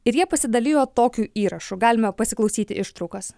ir jie pasidalijo tokiu įrašu galima pasiklausyti ištraukos